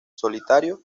solitario